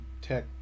tech